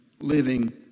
living